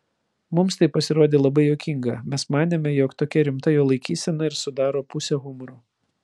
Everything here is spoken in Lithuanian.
mums tai pasirodė labai juokinga mes manėme jog tokia rimta jo laikysena ir sudaro pusę humoro